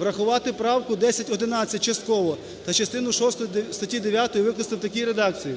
Врахувати правку 1011 частково та частину шосту статті 9 викласти в такій редакції: